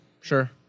sure